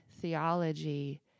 theology